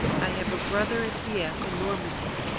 i have a brother at dieppe in normandy!